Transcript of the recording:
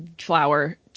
flower